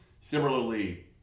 Similarly